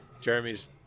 Jeremy's